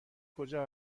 کجا